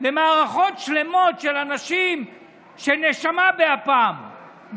למערכות שלמות של אנשים שנשמה באפם,